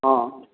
हँ